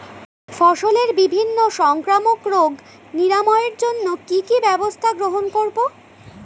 ফসলের বিভিন্ন সংক্রামক রোগ নিরাময়ের জন্য কি কি ব্যবস্থা গ্রহণ করব?